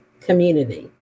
community